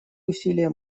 усилия